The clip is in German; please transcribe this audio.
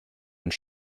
und